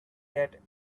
that